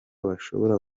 bashobora